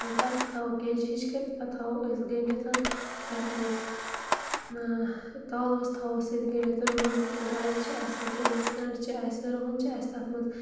تَتٮ۪تھ تھاوَو گیٚجہِ ہِش کٔرِتھ پَتہٕ تھاوَو أسۍ گٔنڈِتھ یتھ منٛز تالوَس تھاوَو سۭتۍ تہِ گٔنڈِتھ رۄہَن گَنٛڈٕ چھِ اَسہِ وٕنۍکٮ۪نَس گَنٛڈٕ چھِ اَسہِ رۄہَن چھِ اَسہِ تتھ منٛز